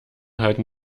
halten